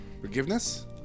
Forgiveness